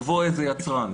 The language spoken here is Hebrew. יבוא איזה יצרן,